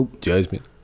judgment